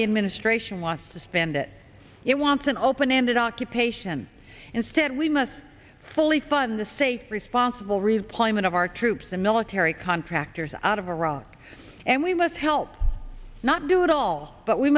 the administration wants to spend it it wants an open ended occupation instead we must fully fund the safe responsible redeployment of our troops the military contractors out of iraq and we must help not do it all but we